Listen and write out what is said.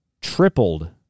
tripled